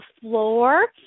floor